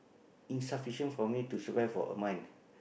insufficient for me to survive for a month